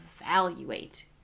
evaluate